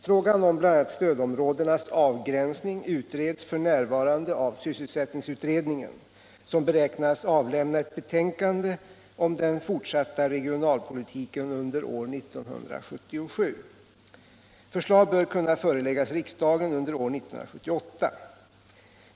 Frågan om bl.a. stödområdenas avgränsning utreds f.n. av sysselsättningsutredningen, som beräknas avlämna ett betänkande om den fortsatta regionalpolitiken under år 1977. Förslag bör kunna föreläggas riksdagen under år 1978.